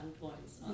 points